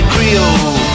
Creole